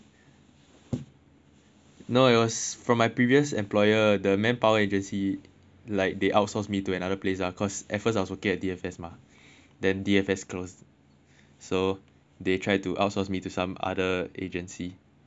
no it was from my previous employer the manpower agency like they outsource me to another place ah cause at first I also get D_F_S mah then D_F_S closed so they tried to outsource me to some other agency but